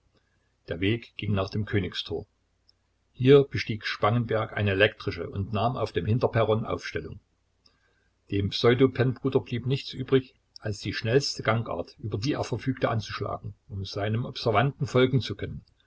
der weg ging nach dem königstor hier bestieg spangenberg eine elektrische und nahm auf dem hinterperron aufstellung dem pseudo pennbruder blieb nichts übrig als die schnellste gangart über die er verfügte anzuschlagen um seinem observanten folgen zu können